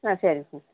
ஆ சரிங் சார்